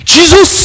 Jesus